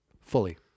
fully